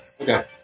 Okay